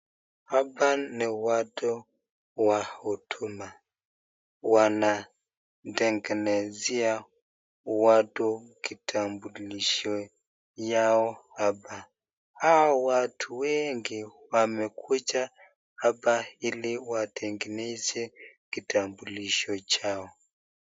Hawa ni watu wa huduma wanatengenezea watu kitabulisho yao hapa hawa watu wengi wamekuja hapa hili watengeneze kitambulisho chao.